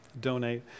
donate